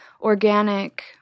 organic